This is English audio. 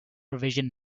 revision